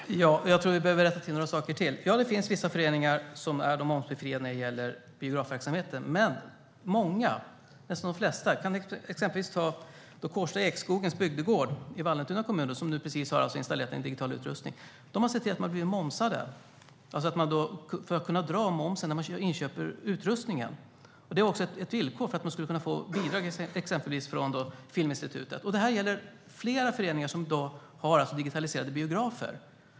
Herr talman! Jag tror att jag behöver rätta till några saker till. Ja, det finns vissa föreningar som är momsbefriade när det gäller biografverksamheten. Men många, nästan de flesta, är det inte. Jag kan som exempel ta Kårsta Ekskogens bygdegård i Vallentuna kommun som alldeles nyligen har installerat en digital utrustning. De har sett till att de har blivit momspliktiga för att kunna dra av momsen när de köper in utrustning. Det är också ett villkor för att de ska kunna få bidrag exempelvis från Filminstitutet. Detta gäller flera föreningar som i dag har digitaliserade biografer.